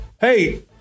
Hey